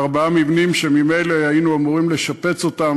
בארבעה מבנים שממילא היינו אמורים לשפץ אותם,